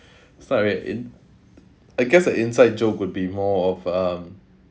start an in~ I guess an inside joke would be more of um